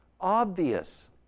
obvious